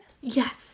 Yes